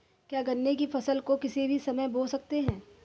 क्या गन्ने की फसल को किसी भी समय बो सकते हैं?